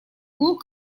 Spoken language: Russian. глух